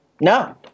No